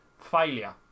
failure